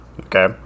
Okay